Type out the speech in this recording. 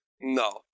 No